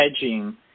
hedging